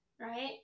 right